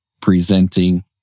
presenting